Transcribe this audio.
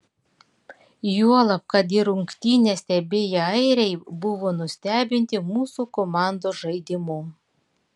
juolab kad ir rungtynes stebėję airiai buvo nustebinti mūsų komandos žaidimu